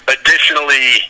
Additionally